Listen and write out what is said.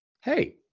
Hey